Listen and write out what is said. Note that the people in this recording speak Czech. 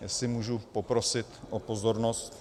Jestli můžu poprosit o pozornost...